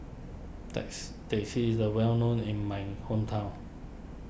text Teh C is a well known in my hometown